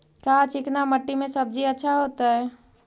का चिकना मट्टी में सब्जी अच्छा होतै?